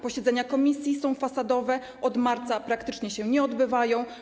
Posiedzenia komisji są fasadowe, od marca praktycznie się nie odbywają.